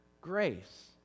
grace